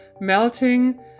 melting